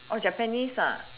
japanese ah